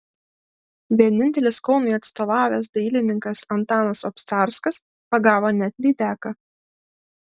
vienintelis kaunui atstovavęs dailininkas antanas obcarskas pagavo net lydeką